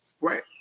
Right